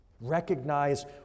Recognize